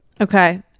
Okay